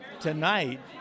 tonight